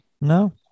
No